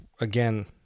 again